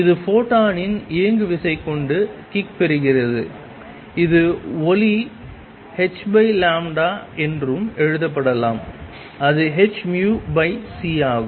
இது ஃபோட்டானின் இயங்குவிசை கொண்டு கிக் பெறுகிறது இது ஒளி h என்றும் எழுதப்படலாம் அது hνcஆகும்